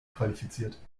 qualifiziert